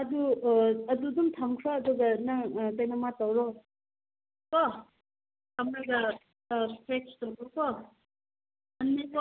ꯑꯗꯨ ꯑꯗꯨ ꯑꯗꯨꯝ ꯊꯝꯈ꯭ꯔꯣ ꯑꯗꯨꯒ ꯅꯪ ꯀꯩꯅꯣꯝꯃ ꯇꯧꯔꯣꯀꯣ ꯊꯝꯂꯒ ꯐ꯭ꯔꯦꯁ ꯇꯧꯔꯣꯀꯣ ꯊꯝꯃꯦꯀꯣ